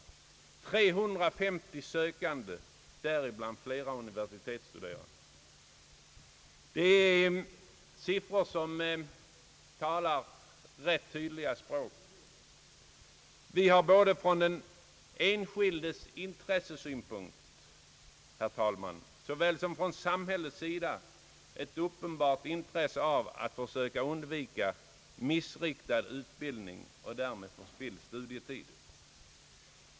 Man fick 350 sökande, däribland flera universitetsstuderande! Det är siffror som talar sitt tydliga språk. Både den enskilde och samhället har, herr talman, ett uppenbart intresse av att undvika missriktad utbildning och därmed förspilld studietid.